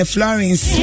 Florence